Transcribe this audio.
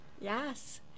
yes